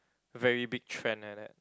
very big trend like that